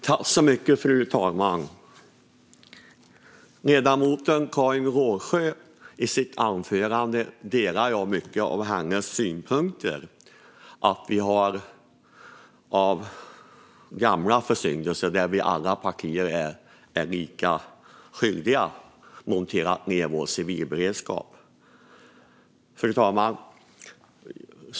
Fru talman! Jag delar mycket av ledamoten Karin Rågsjös synpunkter som hon framförde i sitt anförande. När det gäller gamla försyndelser i fråga om att civilberedskapen har monterats ned är alla partier lika skyldiga. Fru talman!